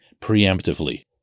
preemptively